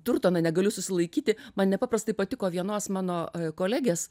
turtoną negaliu susilaikyti man nepaprastai patiko vienos mano kolegės